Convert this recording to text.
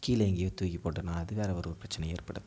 கீழே எங்கேயும் தூக்கி போட்டோன்னால் அது வேறு ஒரு பிரச்சனையை ஏற்படுத்தும்